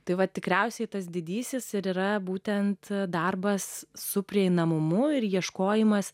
tai va tikriausiai tas didysis ir yra būtent darbas su prieinamumu ir ieškojimas